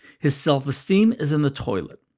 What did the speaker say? his self-esteem is in the toilet.